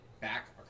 back